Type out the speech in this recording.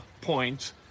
points